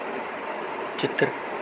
ਚਿੱਤਰ